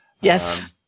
yes